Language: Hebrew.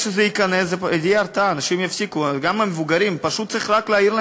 מאחור, שיעצור בצד, איפה שמותר, כמובן, ילך ויעשן.